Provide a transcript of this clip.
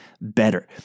better